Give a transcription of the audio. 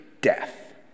death